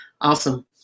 awesome